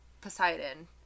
Poseidon